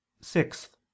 Sixth